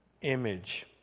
image